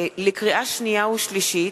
לקריאה שנייה ולקריאה שלישית: